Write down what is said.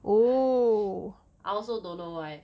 I also don't know why